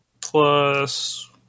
plus